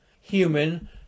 human